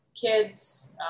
kids